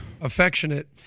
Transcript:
affectionate